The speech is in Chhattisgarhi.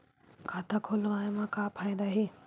खाता खोलवाए मा का फायदा हे